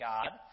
God